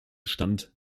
stand